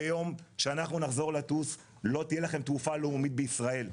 ביום שאנחנו נחזור לטוס לא תהיה לכם תעופה לאומית בישראל.